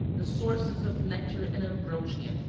the sources of nectar and ambrosia,